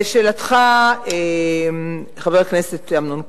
לשאלתך, חבר הכנסת אמנון כהן,